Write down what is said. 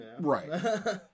Right